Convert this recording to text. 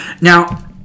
Now